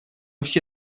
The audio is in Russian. все